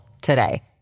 today